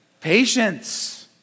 Patience